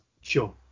Sure